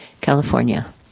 California